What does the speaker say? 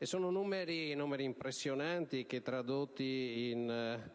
Sono numeri impressionanti, che tradotti in